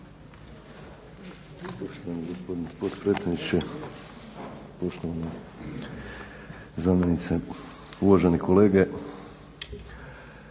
Hvala